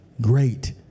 great